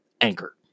Anchor